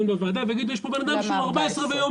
בוועדה ויגידו "יש פה בנאדם שהוא 14 וימיים,